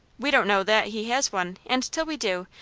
we don't know that he has one, and till we do,